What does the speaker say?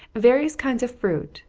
various kinds of fruit,